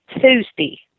Tuesday